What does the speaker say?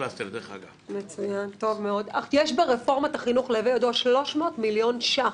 יש ברפורמת החינוך 300 מיליון ₪.